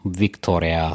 Victoria